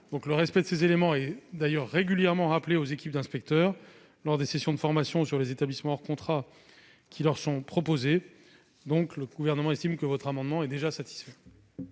Le respect de ces éléments est d'ailleurs régulièrement rappelé aux équipes d'inspecteurs lors des sessions de formation sur les établissements hors contrat qui leur sont proposées. Le Gouvernement estime que l'amendement est satisfait.